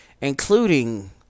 including